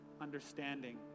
understanding